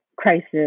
crisis